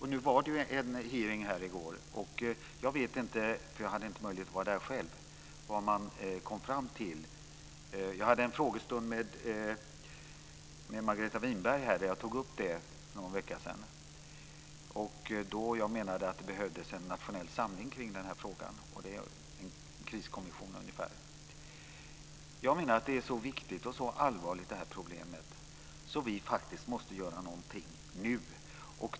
Det var ju en hearing här i går. Jag vet inte vad man kom fram till, för jag hade inte möjlighet att vara där själv. I en frågestund med Margareta Winberg för någon vecka sedan tog jag upp detta. Jag menade att det behövdes en nationell samling kring den här frågan, en kriskommission ungefär. Jag menar att det här problemet är så viktigt och så allvarligt att vi faktiskt måste göra någonting nu.